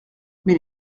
mais